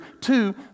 Two